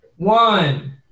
One